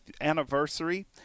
anniversary